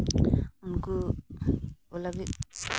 ᱩᱱᱠᱩ ᱠᱚ ᱞᱟᱹᱜᱤᱫ